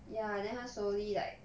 ya then 他 slowly like